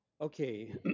Okay